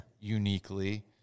uniquely